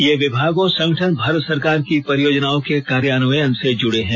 ये विभाग और संगठन भारत सरकार की परियोजनाओं के कार्यान्वयन से जुड़े हैं